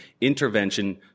intervention